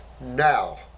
now